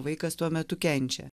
vaikas tuo metu kenčia